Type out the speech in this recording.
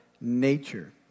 nature